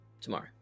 tomorrow